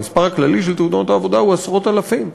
המספר הכללי של תאונות העבודה הוא עשרות אלפים.